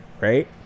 right